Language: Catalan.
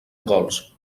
gols